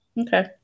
Okay